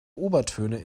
obertöne